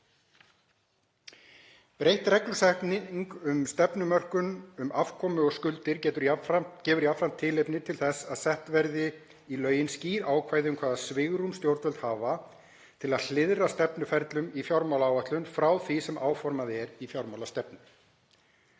Breytt reglusetning um stefnumörkun um afkomu og skuldir gefur jafnframt tilefni til þess að sett verði í lögin skýr ákvæði um hvaða svigrúm stjórnvöld hafi til að hliðra stefnuferlum í fjármálaáætlunum frá því sem áformað er í fjármálastefnu.